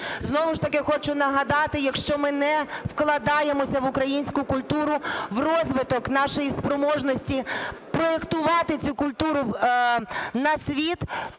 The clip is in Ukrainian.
Знову ж таки хочу нагадати, якщо ми не вкладаємося в українську культуру, в розвиток нашої спроможності проектувати цю культуру на світ,